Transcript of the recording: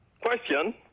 Question